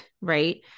Right